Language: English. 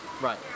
Right